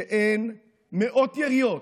שאין מאות יריות,